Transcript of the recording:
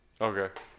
Okay